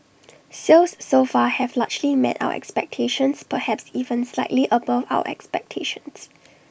sales so far have largely met our expectations perhaps even slightly above our expectations